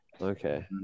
Okay